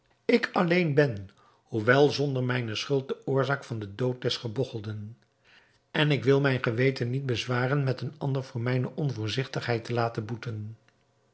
ik alleen ben hoewel zonder mijne schuld de oorzaak van den dood des gebogchelden en ik wil mijn geweten niet bezwaren met een ander voor mijne onvoorzigtigheid te laten boeten